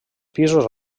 pisos